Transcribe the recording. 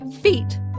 feet